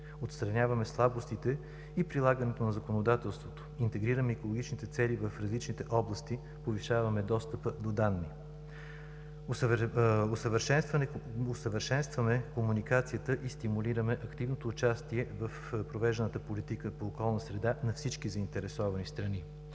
отстраняваме слабостите при прилагането на законодателството. Интегрираме екологичните цели в различните области, повишаваме достъпа до данни, усъвършенстваме комуникациите и стимулираме активното участие в провежданата политика по околна среда на всички заинтересовани страни.